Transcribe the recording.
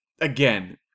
Again